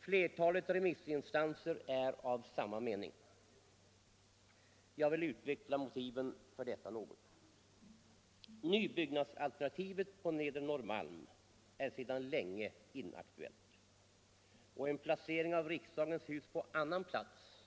Flertalet remissinstanser är av samma mening. Jag vill utveckla motiven för detta något. Nybyggnadsalternativet på nedre Norrmalm är sedan länge inaktuellt. En placering av riksdagens hus på annan plats